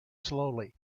slowly